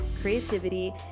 creativity